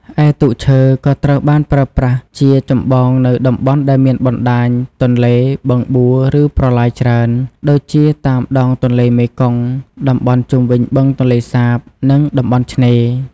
ឯទូកឈើ ក៏ត្រូវបានប្រើប្រាស់ជាចម្បងនៅ តំបន់ដែលមានបណ្ដាញទន្លេ បឹងបួ ឬប្រឡាយច្រើន ដូចជាតាមដងទន្លេមេគង្គ តំបន់ជុំវិញបឹងទន្លេសាប និងតំបន់ឆ្នេរ ។